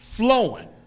Flowing